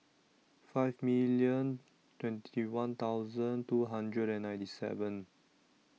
five million twenty one thousand two hundred and ninety seven